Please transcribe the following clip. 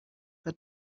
que